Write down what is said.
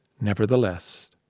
Nevertheless